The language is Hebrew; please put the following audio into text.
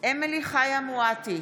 אמילי חיה מואטי,